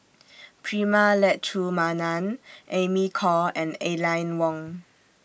Prema Letchumanan Amy Khor and Aline Wong